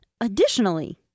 Additionally